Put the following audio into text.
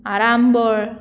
Arambol